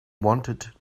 wanted